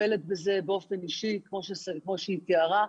מטפלת בזה באופן אישי כמו שהיא תיארה.